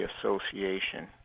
Association